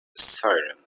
siren